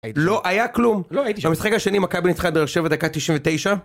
לא היה כלום, במשחק השני מכבי ניצחה את באר שבע דקה 99